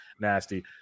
nasty